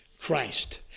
Christ